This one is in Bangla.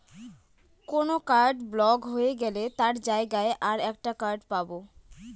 কোন কার্ড ব্লক হয়ে গেলে তার জায়গায় আর একটা কার্ড পাবো